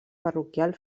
parroquial